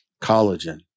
collagen